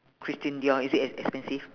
christian dior is it ex~ expensive